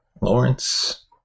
Lawrence